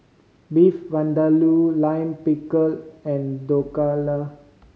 Beef Vindaloo Lime Pickle and Dhokla